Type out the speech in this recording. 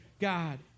God